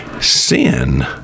Sin